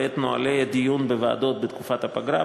ואת נוהלי הדיון בוועדות בתקופת הפגרה.